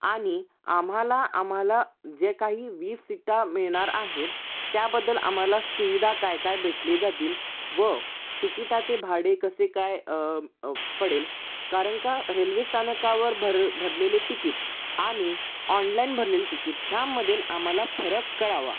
आणि आम्हाला आम्हाला ज्या काही वीस सीटा मिळणार आहेत त्याबद्दल आम्हाला सुविधा काय काय भेटली जातील व तिकिटाचे भाडे कसे काय पडेल कारण का रेल्वे स्थानकावर भर भरलेले तिकीट आणि ऑनलाईन भरलेले तिकीट ह्यामधील आम्हाला फरक कळावा